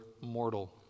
mortal